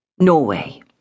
Norway